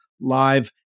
live